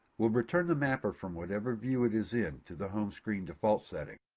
will return the mapper from whatever view it is in to the home screen default setting.